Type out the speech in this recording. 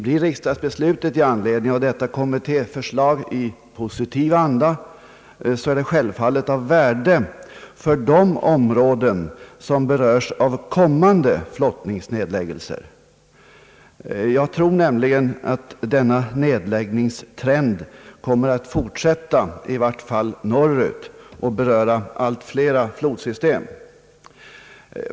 Går riksdagsbeslutet i anledning av detta kommittéförslag i positiv riktning, så är det självfallet av värde för de områden som berörs av kommande = flottledsnedläggelser. Jag tror nämligen att nedläggningstrenden kommer att fortsätta, i vart fall norrut, och beröra allt flera flodsystem.